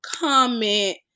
comment